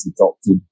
adopted